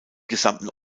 gesamten